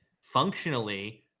functionally